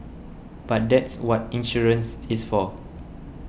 but that's what insurance is for